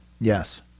Yes